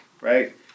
right